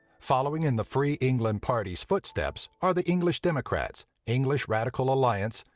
following in the free england party's footsteps are the english democrats, english radical alliance,